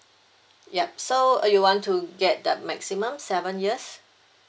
yup so uh you want to get the maximum seven years